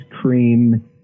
cream